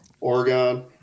Oregon